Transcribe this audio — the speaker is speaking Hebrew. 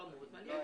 אז אני יודע